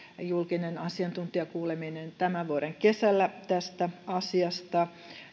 julkinen asiantuntijakuuleminen tämän vuoden kesällä tästä asiasta